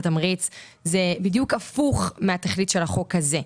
התמריץ זה בדיוק הפוך מהתכלית של החוק הזה.